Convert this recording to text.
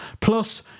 Plus